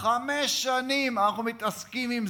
חמש שנים אנחנו מתעסקים עם זה,